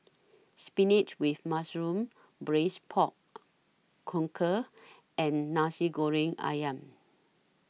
Spinach with Mushroom Braised Pork conquer and Nasi Goreng Ayam